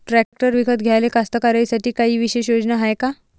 Tractor विकत घ्याले कास्तकाराइसाठी कायी विशेष योजना हाय का?